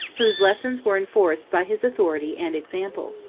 whose lessons were enforced by his authority and example.